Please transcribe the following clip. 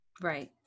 Right